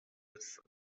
هستند